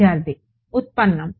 విద్యార్థి ఉత్పన్నం